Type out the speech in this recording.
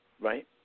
right